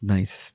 Nice